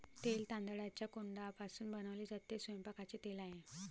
तेल तांदळाच्या कोंडापासून बनवले जाते, ते स्वयंपाकाचे तेल आहे